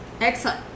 Excellent